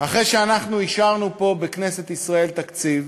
אחרי שאנחנו אישרנו פה, בכנסת ישראל, תקציב